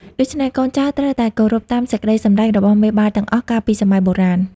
ដូច្នេះ កូនចៅត្រូវតែគោរពតាមសេចក្តីសម្រេចរបស់មេបាទាំងអស់កាលពីសម័យបុរាណ។